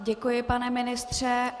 Děkuji, pane ministře.